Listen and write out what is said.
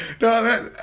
No